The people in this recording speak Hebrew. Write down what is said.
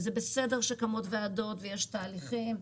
וזה בסדר שקמות ועדות, ויש תהליכים.